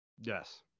Yes